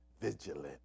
vigilant